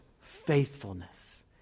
faithfulness